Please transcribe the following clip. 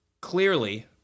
Clearly